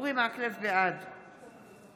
בעד